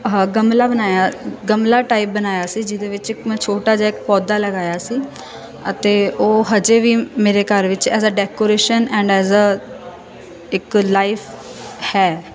ਆਹ ਗਮਲਾ ਬਣਾਇਆ ਗਮਲਾ ਟਾਈਪ ਬਣਾਇਆ ਸੀ ਜਿਹਦੇ ਵਿੱਚ ਇੱਕ ਮੈਂ ਛੋਟਾ ਜਿਹਾ ਇੱਕ ਪੌਦਾ ਲਗਾਇਆ ਸੀ ਅਤੇ ਉਹ ਹਜੇ ਵੀ ਮੇਰੇ ਘਰ ਵਿੱਚ as a decoration and as a ਇੱਕ ਲਾਈਫ ਹੈ